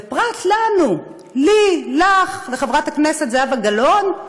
ופרט לנו, לי, לך ולחברת הכנסת זהבה גלאון,